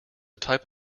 type